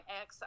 ex